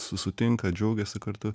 susitinka džiaugiasi kartu